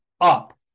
up